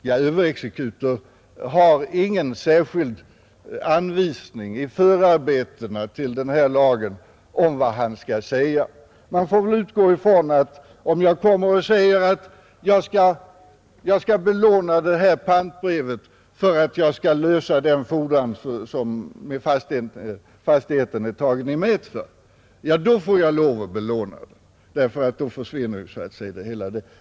Ja, det finns ingen särskild anvisning i förarbetena till denna lag om vad han skall säga. Man får väl utgå från att jag får lov att belåna mitt pantbrev, om jag säger att jag skall göra det för att lösa den fordran som fastigheten är tagen i mät för. Då försvinner ju det hinder som förelegat.